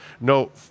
no